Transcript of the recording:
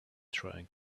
trying